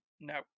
No